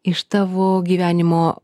iš tavo gyvenimo